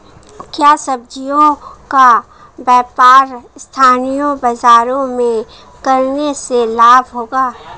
क्या सब्ज़ियों का व्यापार स्थानीय बाज़ारों में करने से लाभ होगा?